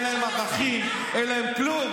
אין להם ערכים, אין להם כלום.